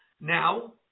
Now